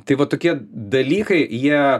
tai va tokie dalykai jie